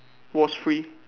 was free